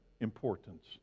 importance